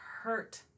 hurt